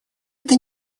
это